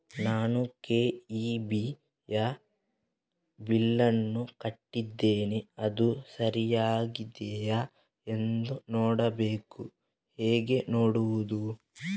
ನಾನು ಕೆ.ಇ.ಬಿ ಯ ಬಿಲ್ಲನ್ನು ಕಟ್ಟಿದ್ದೇನೆ, ಅದು ಸರಿಯಾಗಿದೆಯಾ ಎಂದು ನೋಡಬೇಕು ಹೇಗೆ ನೋಡುವುದು?